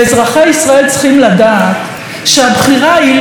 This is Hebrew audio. אזרחי ישראל צריכים לדעת שהבחירה היא לא